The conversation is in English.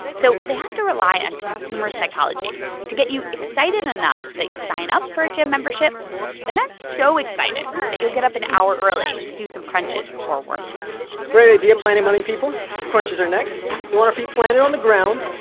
so they have to rely on consumer psychology to get you excited enough that you'll sign up for a gym membership but not so excited that you'll get up an hour early to do some crunches before work great idea, planet money people crunches are next. we want our feet planted on the ground,